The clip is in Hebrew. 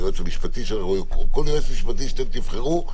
היועץ המשפטי או כל יועץ משפטי שאתם תבחרו,